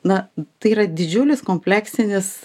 na tai yra didžiulis kompleksinis